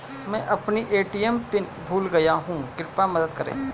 मैं अपना ATM PIN भूल गया हूँ कृपया मदद करें